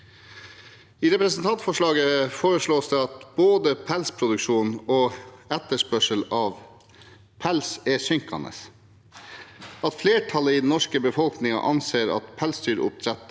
I representantforslaget fastslås det at både pelsproduksjonen og etterspørselen etter pels er synkende, at flertallet i den norske befolkningen anser at pelsdyroppdrett